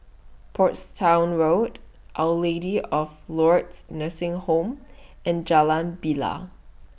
Portsdown Road Our Lady of Lourdes Nursing Home and Jalan Bilal